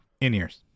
in-ears